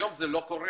היום זה לא קורה.